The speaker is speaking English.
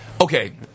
okay